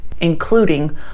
including